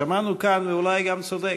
ששמענו כאן, ואולי גם צודק,